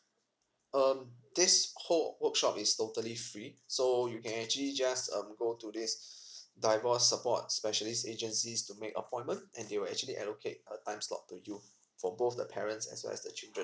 um this whole workshop is totally free so you can actually just um go to this divorce support specialist agencies to make appointment and they will actually allocate a time slot to you for both the parents as well as the children